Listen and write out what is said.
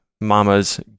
mamas